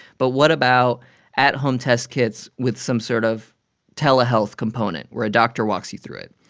but what about at-home test kits with some sort of telehealth component, where a doctor walks you through it?